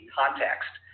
context